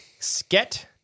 Sket